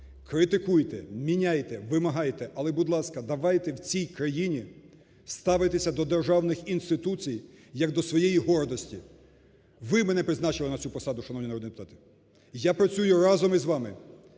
Критикуйте, міняйте, вимагайте, але, будь ласка, давайте в цій країні ставитися до державних інституцій як до своєї гордості. Ви мене призначили на цю посаду, шановні народні депутати, я працюю разом із вами